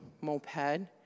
moped